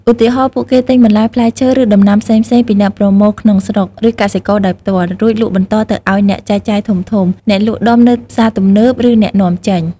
ឧទាហរណ៍ ពួកគេទិញបន្លែ ផ្លែឈើ ឬដំណាំផ្សេងៗពីអ្នកប្រមូលក្នុងស្រុក ឬកសិករដោយផ្ទាល់ រួចលក់បន្តទៅឱ្យអ្នកចែកចាយធំៗ អ្នកលក់ដុំនៅផ្សារទំនើប ឬអ្នកនាំចេញ។